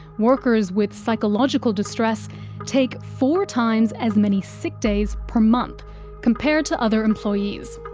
workers with psychological distress take four times as many sick days per month compared to other employees.